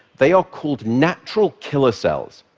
they are called natural killer cells,